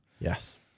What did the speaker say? Yes